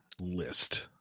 list